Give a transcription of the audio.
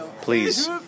Please